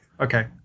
Okay